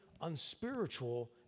unspiritual